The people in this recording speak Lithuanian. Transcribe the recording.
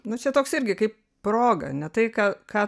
nu čia toks irgi kaip proga ne tai ką ką